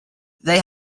they